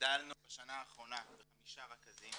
הגדלנו בשנה האחרונה בחמישה רכזים